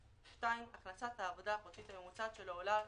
(2) הכנסתו החודשית הממוצעת מעסק עולה על